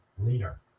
leader